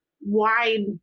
wide